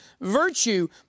virtue